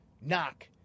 Knock